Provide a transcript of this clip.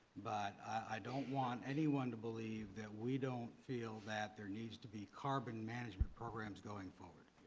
but i don't want anyone to believe that we don't feel that there needs to be carbon management programs going forward.